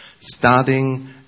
Starting